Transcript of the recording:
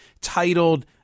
titled